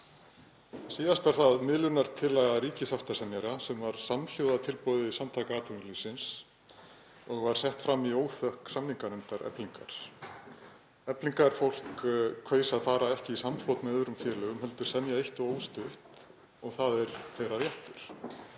Síðast var það miðlunartillaga ríkissáttasemjara sem var samhljóða tilboði Samtaka atvinnulífsins og var sett fram í óþökk samninganefndar Eflingar. Eflingarfólk kaus að fara ekki í samflot með öðrum félögum heldur semja eitt og óstutt og það er þeirra réttur.